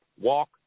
Walk